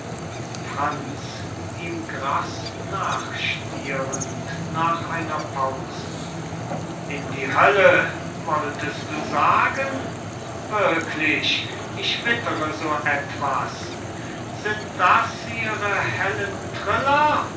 pause in die hölle wolltest du sagen wirklich ich wittere so etwas wahnsinnig sind das ihre hellen triller